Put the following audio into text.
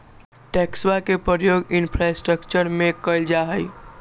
टैक्सवा के प्रयोग इंफ्रास्ट्रक्टर में कइल जाहई